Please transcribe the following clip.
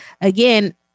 again